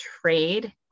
trade